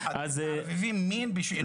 מערבבים מין בשאינו מינו.